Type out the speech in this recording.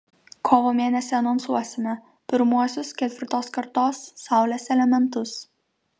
kovo mėnesį anonsuosime pirmuosius ketvirtos kartos saulės elementus